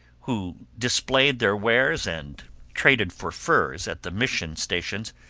who displayed their wares and traded for furs at the mission stations,